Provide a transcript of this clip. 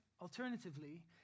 alternatively